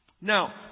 Now